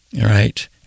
Right